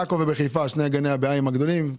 בעכו ובחיפה, שני גני הבהאים הגדולים.